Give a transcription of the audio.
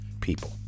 people